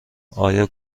آیا